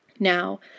Now